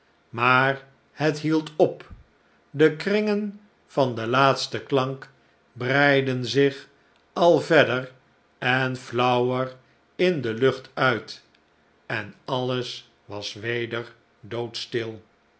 maar het hield op de kringen van den laatsten klank breidden zich al verder en flauwer in de lucht uit en alles was weder doodstil